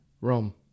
Rome